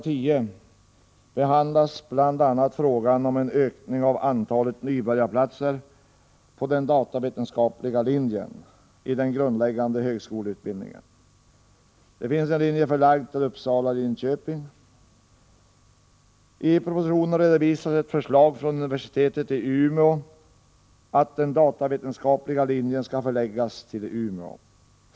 10 behandlas bl.a. frågan om en utökning av antalet nybörjarplatser på den datavetenskapliga linjen i den grundläggande högskoleutbildningen. Det finns en linje som är förlagd till Uppsala och Linköping. I propositionen redovisas ett förslag från universitetet i Umeå om att den datavetenskapliga linjen skall förläggas till Umeå.